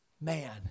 Man